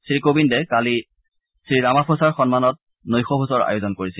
শ্ৰীকোবিন্দে কালি শ্ৰীৰামাফোচাৰ সন্মানত নৈশভোজৰ আয়োজন কৰিছিল